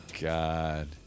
God